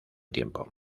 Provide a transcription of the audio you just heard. tiempo